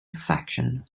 faction